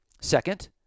Second